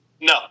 No